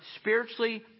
spiritually